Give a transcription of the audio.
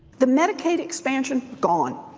the medicaid expansion gone,